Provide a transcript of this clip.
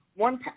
one